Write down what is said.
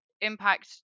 impact